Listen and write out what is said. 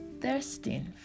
thirsting